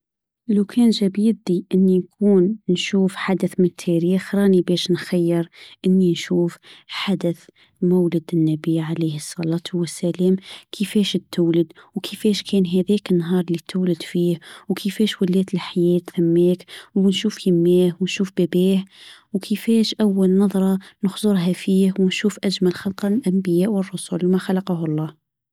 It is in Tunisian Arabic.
لو كان جا بيدي اني نكون نشوف حدث من التاريخ راني باش نخير اني نشوف حدث مولد النبي عليه الصلاة والسلام كيفاش تولد وكيفاش كان هذاك النهار لي تولد فيه وكيفاش ولات الحياة تنميك ونشوف يماه ويشوف باباه وكيفاش اول نظرة نخسرها فيه ونشوف اجمل خلقة للانبياء والرسل لما خلقه الله.